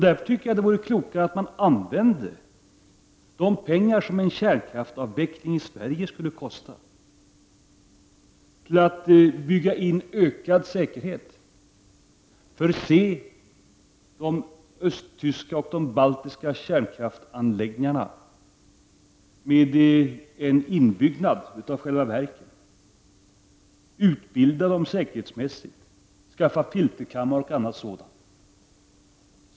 Därför vore det klokare att använda de pengar som en kärnkraftsavveckling i Sverige skulle kosta till att i stället bygga in ökad säkerhet i de östtyska och de baltiska kärnkraftsanläggningarna, förse dem med en inbyggnad av själva verken, ge personalen en säkerhetsutbildning och skaffa filterkammare och annat sådant.